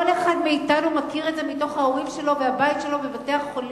כל אחד מאתנו מכיר את זה מההורים שלו והבית שלו ובתי-החולים.